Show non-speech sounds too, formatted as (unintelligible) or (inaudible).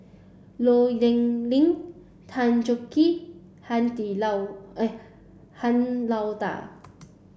Low Yen Ling Tan Chong Tee Han (unintelligible) Lao (unintelligible) Han Lao Da